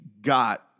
got